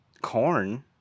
Corn